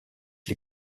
les